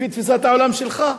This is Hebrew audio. לפי תפיסת העולם שלך,